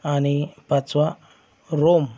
आणि पाचवा रोम